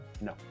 No